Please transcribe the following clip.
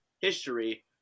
history